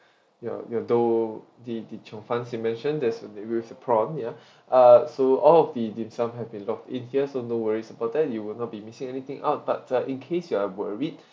your your dough the the chiong fans you mentioned there's the you have the prawn ya uh so all of the dim sum have been locked in here so no worries about that you will not be missing anything out but uh in case you are worried